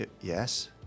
Yes